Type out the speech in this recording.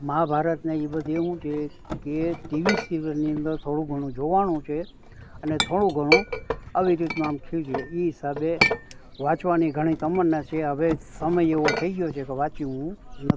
મહાભારતને એ બધી શું છે કે ટીવી સિરિયલની અંદર થોડું ઘણું જોવાયું છે અને થોડું ઘણું આવી રીતનું આમ થયું છે એ હિસાબે વાંચવાની ઘણી તમન્ના છે હવે સમય એવો થઈ ગયો છે કે વાંચ્યું ન